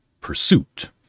pursuit